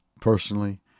Personally